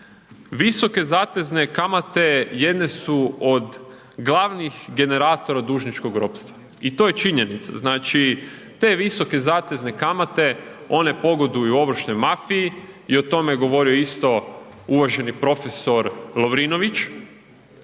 Visoke zatezne kamate jedne su od glavnih generatora dužničkog ropstva. I to je činjenica. Znači te visoke zatezne kamate, one pogoduju ovršnoj mafiji i o tome je govorio isto uvaženi profesor Lovrinović.